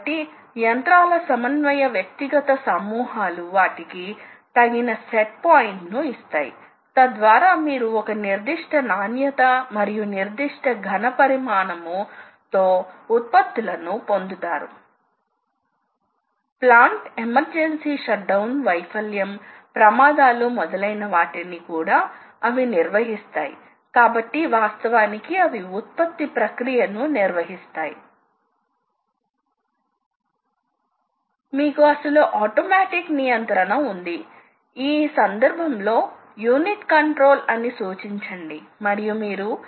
కాబట్టి మీకు కంప్యూటర్ లేకపోయినా మీకు పేపర్ పంచ్ కార్డ్ రీడర్ ఉండవచ్చు అవి మీకు సాధారణమైనవి అవి CNC యంత్రాలు ప్రారంభ వెర్షన్లు కాబట్టి మీ వద్ద ఉన్నప్పటికీ మీకు ఒక పేపర్ టేప్ తెలుసు మరియు పేపర్ టేప్ రీడర్ ఉండాలి మరియు ఆ రీడర్ కదలిక ను సృష్టించగలగాలి కాబట్టి స్పష్టమైన ఎలక్ట్రానిక్ కంప్యూటర్ లేక పోయినా ఇక్కడ పేపర్ టేప్ లో కూడా మీకు కొంత సంఖ్యా డేటా ఉంది ఇది పంచ్ చేయబడి ఉంటుంది ఆ సంఖ్యా డేటా ప్రకారం యంత్రం నియంత్రణ లో ఉంటుంది అందుకే దీనిని సంఖ్యా నియంత్రణ అంటారు